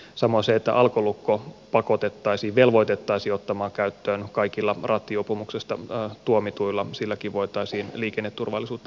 samoin silläkin että alkolukko velvoitettaisiin ottamaan käyttöön kaikilla rattijuopumuksesta tuomituilla voitaisiin liikenneturvallisuutta parantaa